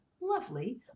lovely